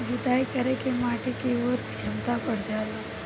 जुताई करे से माटी के उर्वरक क्षमता बढ़ जाला